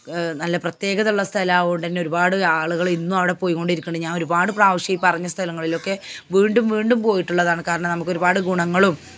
നല്ല പ്രത്യേകതയുള്ള സ്ഥലമാവോണ്ടു തന്നെ ഒരുപാട് ആളുകളിൽ നിന്നും അവിടെ പൊയ്കൊണ്ടിരിക്കുന്നുണ്ട് ഞാനൊരുപാട് പ്രാവശ്യം ഈ പറഞ്ഞ സ്ഥലങ്ങളിലൊക്കെ വീണ്ടും വീണ്ടും പോയിട്ടുള്ളതാണ് കാരണം നമുക്കൊരുപാട് ഗുണങ്ങളും